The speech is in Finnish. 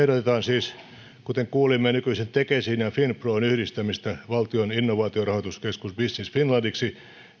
ehdotetaan siis kuten kuulimme nykyisen tekesin ja finpron yhdistämistä valtion innovaatiorahoituskeskus business finlandiksi